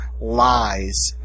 lies